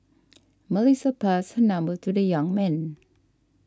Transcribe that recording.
Melissa passed her number to the young man